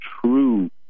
true